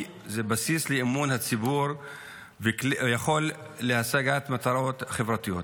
הוא בסיס לאמון הציבור וכלי להשגת מטרות חברתיות.